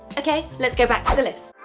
okay, let's go back to the list.